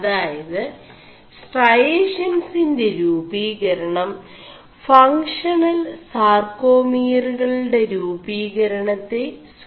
അതായത് സ്േ4ടഷൻസിൻെറ രൂപീകരണം ഫംഗ്ഷണൽ സാർേകാമിയറുകളgെട രൂപീകരണെø സൂചിçി ുMു